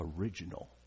original